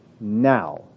now